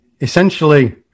essentially